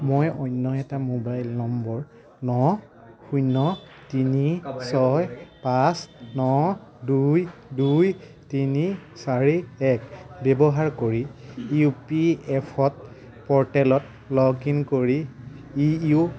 মই অন্য এটা মোবাইল নম্বৰ ন শূন্য তিনি ছয় পাঁচ ন দুই দুই তিনি চাৰি এক ব্যৱহাৰ কৰি ইউ পি এফ অ'ত প'ৰ্টেলত লগ ইন কৰি ই ইউ